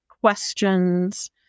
questions